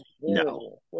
No